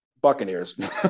Buccaneers